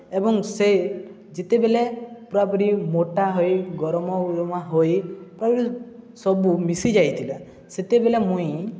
ଏବଂ ସେ ଯେତେବେଳେ ପୁରାପୁରି ମୋଟା ହୋଇ ଗରମ ଗୁରମା ହୋଇ ପୁରା ସବୁ ମିଶିଯାଇଥିଲା ସେତେବେଳେ ମୁଇଁ